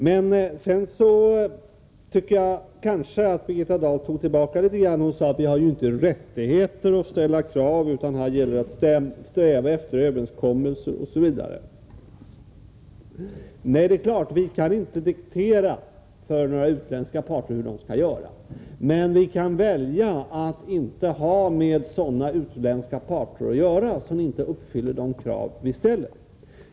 Jag tycker att Birgitta Dahl tar tillbaka litet när hon säger att vi inte har rättighet att ställa krav utan att det gäller att sträva efter överenskommelser osv. Det är klart att vi inte för några utländska parter kan diktera hur de skall göra. Men vi kan välja att inte ha med sådana utländska parter att göra som inte uppfyller de krav som vi ställer.